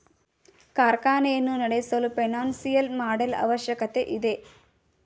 ಕಾರ್ಖಾನೆಯನ್ನು ನಡೆಸಲು financial model ಅವಶ್ಯಕತೆ ಇದೆ